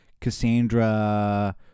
Cassandra